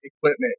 Equipment